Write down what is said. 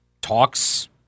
talks